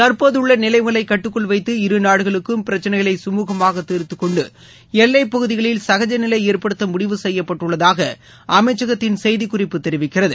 தற்போதுள்ள நிலைமைகளை கட்டுக்குள் வைத்து இருநாடுகளுக்கும் பிரச்சினைகளை குமூகமாக தீர்த்துக்கொண்டு எல்லைப் பகுதிகளில் சகஜநிலை ஏற்படுத்த முடிவு செய்யப்பட்டுள்ளதாக அமைச்சகத்தின் செய்தி குறிப்பு தெரிவிக்கிறது